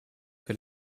que